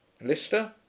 lister